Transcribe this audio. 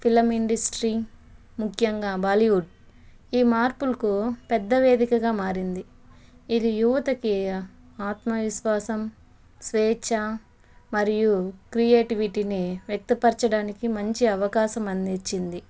film industry ముఖ్యంగా Bollywood ఈ మార్పులకు పెద్ద వేదికగా మారింది ఇది యువతకి ఆత్మ విశ్వాసం స్వేచ్ఛ మరియు క్రియేటివిటీని వ్యక్త పరచడానికి మంచి అవకాశం అందించింది